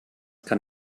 kann